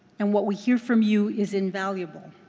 and what we hear from you is invaluable.